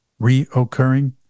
reoccurring